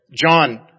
John